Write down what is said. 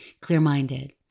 clear-minded